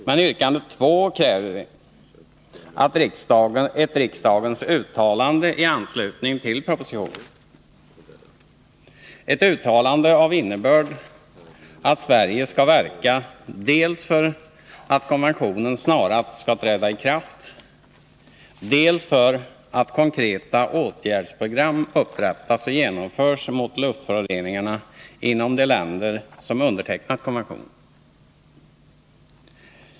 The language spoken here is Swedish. Men i yrkande 2 kräver vi ett riksdagens uttalande i anslutning till propositionen, ett uttalande av innebörd att Sverige skall verka dels för att konventionen snarast skall träda i kraft, dels för att konkreta åtgärdsprogram skall upprättas och genomföras mot luftföroreningarna inom de länder som undertecknat konventionen.